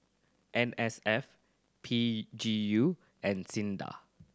N S F P G U and SINDA